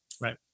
Right